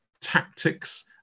tactics